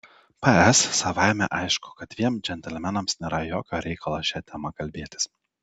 ps savaime aišku kad dviem džentelmenams nėra jokio reikalo šia tema kalbėtis